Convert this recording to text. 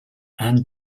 and